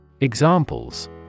Examples